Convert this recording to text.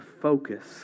focus